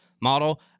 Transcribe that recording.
model